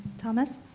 thomas?